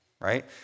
right